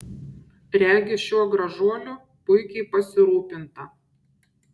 regis šiuo gražuoliu puikiai pasirūpinta